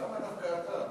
למה דווקא אתה,